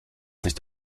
nicht